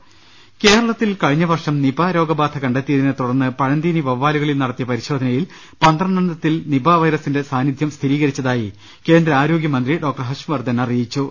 രദ്ദേഷ്ടങ കേരളത്തിൽ കഴിഞ്ഞവർഷം നിപ രോഗബാധ കണ്ടെത്തിയതിനെ തുടർന്ന് പഴംതീനി വവ്വാലുകളിൽ നടത്തിയ പരിശോധനയിൽ പന്ത്രണ്ടെ ണ്ണത്തിൽ നിപ വൈറസിന്റെ സാന്നിധൃം സ്ഥിരീകരിച്ചതായി കേന്ദ്ര ആരോ ഗൃമന്ത്രി ഡോക്ടർ ഹർഷവർധൻ അറിയിച്ചു